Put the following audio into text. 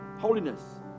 holiness